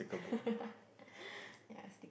yeah sticker